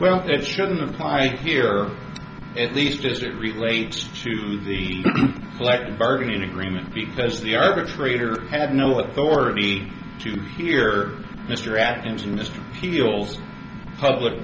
well it shouldn't apply here at least as it relates to the collective bargaining agreement because the arbitrator had no authority to hear mr